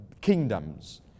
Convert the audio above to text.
kingdoms